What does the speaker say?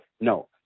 no